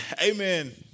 Amen